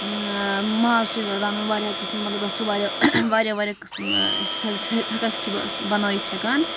ماز چھُ یِوان رَنُن واریاہ قٔسمہٕ مطلب یَتھ چھُ واریاہ واریاہ قٔسمہٕ ہیٚکان چھِ بَنٲوِتھ ہیٚکان